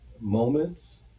moments